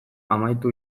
amaitu